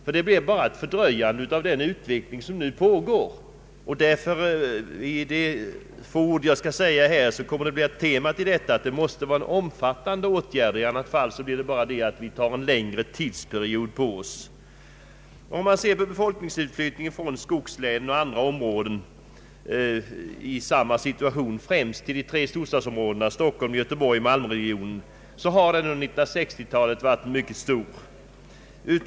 Då bara fördröjer man den utveckling som nu pågår. Temat för mitt korta anförande här kommer därför att bli att vi måste vidta omfattande åtgärder. I annat fall blir resultatet endast att vi tar en längre tidsperiod på oss. Om man ser på befolkningsutflytt ningen från skogslänen och andra områden främst till de tre storstadsområdena Stockholms-, Göteborgsoch Malmöregionerna, så har den under 1960 talet varit mycket stor.